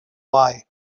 why